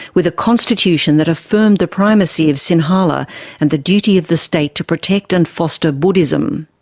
with a constitution that affirmed the primacy of sinhala and the duty of the state to protect and foster buddhism.